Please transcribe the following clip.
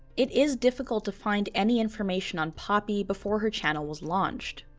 it is difficult to find any information on poppy before her channel was launched.